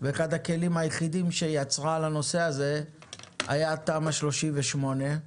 ואחד הכלים היחידים שהיא יצרה לנושא הזה היה תמ"א 38,